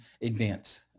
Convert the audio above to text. events